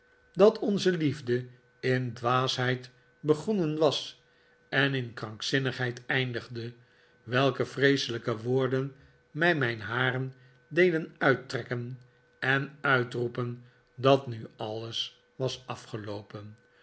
dat onze liefde in dwaasheid begonnen was en in krankzinnigheid eindigde welke vreeselijke woorden mij mijn haren deden uittrekken en uitroepen dat nu alles was afgeloopen